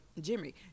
Jimmy